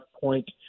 point